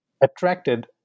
attracted